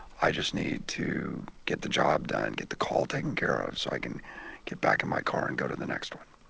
i just need to get the job done, get the call taken care of so i can get back in my car and go to the next one